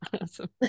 Awesome